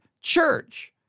church